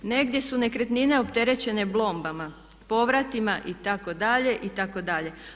Negdje su nekretnine opterećene blombama, povratima itd., itd.